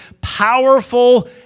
powerful